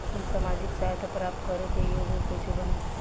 हम सामाजिक सहायता प्राप्त करे के योग्य कइसे बनब?